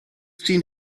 seen